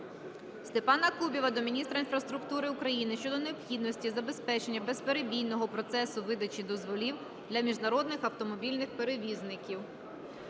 Степана Кубіва до міністра інфраструктури України щодо необхідності забезпечення безперебійного процесу видачі дозволів для міжнародних автомобільних перевізників.